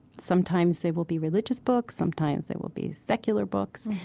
sometimes they will be religious books sometimes they will be secular books.